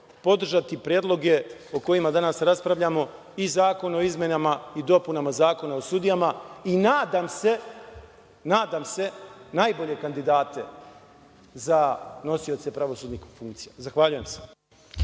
podržati predloge o kojima danas raspravljamo, i Zakon o izmenama i dopunama Zakona o sudijama, i, nadam se, nadam se, najbolje kandidate za nosioce pravosudnih funkcija. Zahvaljujem se.